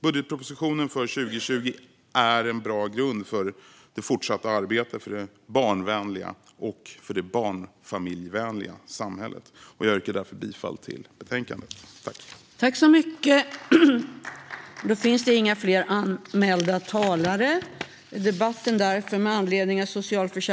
Budgetpropositionen för 2020 är en bra grund för det fortsatta arbetet för det barnvänliga och det barnfamiljvänliga samhället. Jag yrkar därför bifall till utskottets förslag i betänkandet.